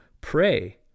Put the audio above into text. pray